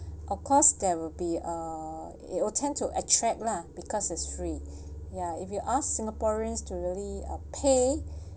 of course there will be uh it will tend to attract lah because is free ya if you asked singaporeans to really uh pay